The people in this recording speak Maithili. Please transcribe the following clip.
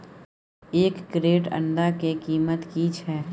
एक क्रेट अंडा के कीमत की छै?